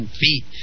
feet